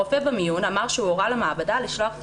הרופא במיון אמר שהוא הורה למעבדה לשלוח את